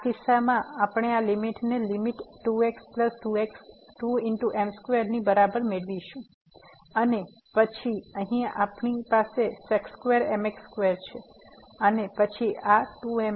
તેથી તે કિસ્સામાં આપણે આ લીમીટ ને લીમીટ 2x 2xm2 ની બરાબર મેળવીશું અને પછી અહીં આપણી પાસે sec2 mx2 હશે અને પછી આ 2mx છે